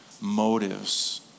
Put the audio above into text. motives